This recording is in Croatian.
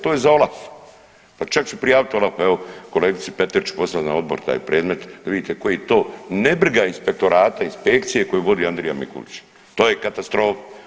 To je za OLAF, pa čak ću prijavit OLAF-u, evo kolegici Petir ću poslati na odbor taj predmet da vidite koji to ne briga inspektorata, inspekcije koju vodi Andrija Mikulić, to je katastrofa.